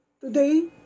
Today